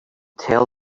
tell